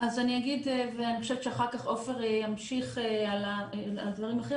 אז אני אגיד ואני חושבת שאחר כך עופר ימשיך על הדברים אחרים.